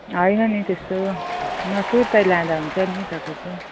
होइन नि त्यस्तो नसुर्ताइ लाँदा हुन्छ नि तपाईँको